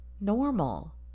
normal